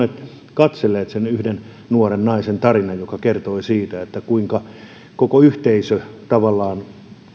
katselleet sen yhden nuoren naisen tarinan joka kertoi siitä kuinka tavallaan koko yhteisö